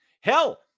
hell